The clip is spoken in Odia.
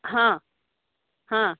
ହଁ ହଁ